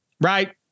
Right